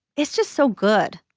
it's just so good.